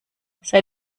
sei